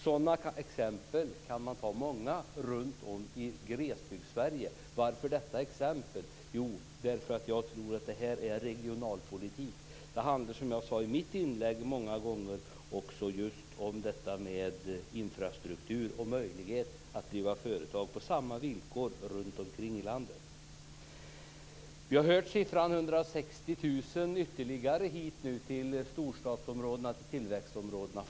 Man kan ta många sådana exempel runt om i Glesbygdssverige. Varför detta exempel? Jo, det är regionalpolitik. Som jag sade i mitt inlägg handlar det många gånger om infrastruktur och möjlighet att driva företag på samma villkor runtom i landet. Vi har nu hört att ytterligare 160 000 skall flytta till storstadsområdena och tillväxtområdena.